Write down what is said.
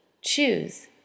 choose